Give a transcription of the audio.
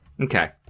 Okay